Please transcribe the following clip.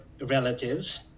relatives